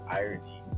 irony